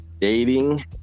dating